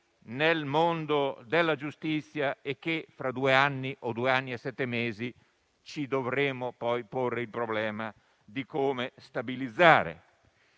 nel mondo della giustizia e che fra due anni o tra due anni e sette mesi ci dovremmo poi porre il problema di come stabilizzare.